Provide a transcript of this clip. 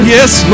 Yes